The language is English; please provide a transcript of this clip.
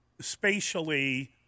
spatially